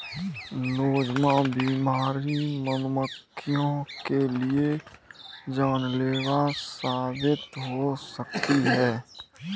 Nosema बीमारी मधुमक्खियों के लिए जानलेवा साबित हो सकती है